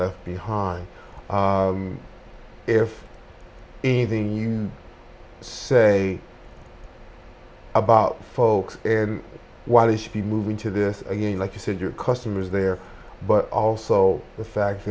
left behind if anything you say about folks and why they should be moving to this again like you said your customers there but also the fact